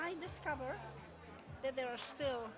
i discover that there are still